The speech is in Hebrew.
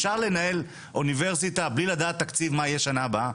אפשר לנהל אוניברסיטה בלי לדעת תקציב מה יהיה בשנה הבאה?